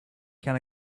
can